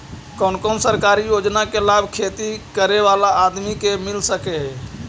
कोन कोन सरकारी योजना के लाभ खेती करे बाला आदमी के मिल सके हे?